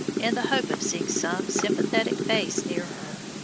in the hope of seeing some sympathetic face near her.